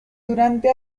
durante